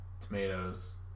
tomatoes